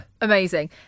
Amazing